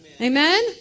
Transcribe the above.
Amen